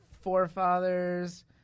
forefathers